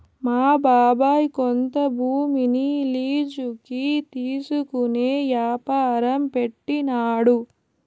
మా బాబాయ్ కొంత భూమిని లీజుకి తీసుకునే యాపారం పెట్టినాడు